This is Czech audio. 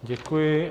Děkuji.